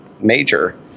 major